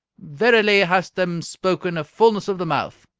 verily hast them spoken a fullness of the mouth!